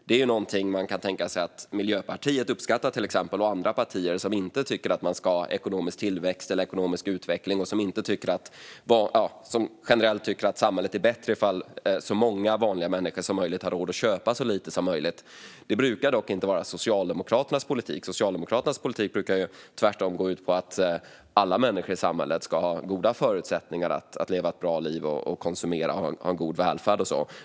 Det är någonting som man kan tänka sig uppskattas av till exempel Miljöpartiet och av andra partier som inte tycker att man ska ha ekonomisk tillväxt och utveckling och som generellt tycker att samhället är bättre ifall så många vanliga människor som möjligt har råd att köpa så lite som möjligt. Det brukar dock inte vara Socialdemokraternas politik, utan Socialdemokraternas politik brukar tvärtom gå ut på att alla människor i samhället ska ha goda förutsättningar att leva ett bra liv, konsumera, ha en god välfärd och så vidare.